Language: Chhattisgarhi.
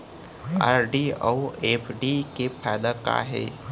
आर.डी अऊ एफ.डी के फायेदा का हे?